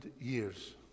years